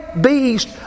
beast